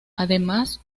además